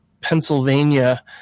Pennsylvania